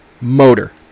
motor